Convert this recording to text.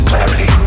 Clarity